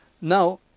Now